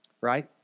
right